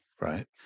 right